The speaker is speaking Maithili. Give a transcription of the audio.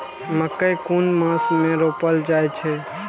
मकेय कुन मास में रोपल जाय छै?